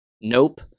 Nope